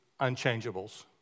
unchangeables